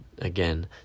Again